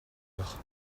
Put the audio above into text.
heures